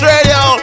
Radio